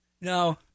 No